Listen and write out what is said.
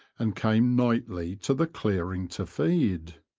and came nightly to the clearing to feed.